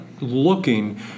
looking